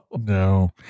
No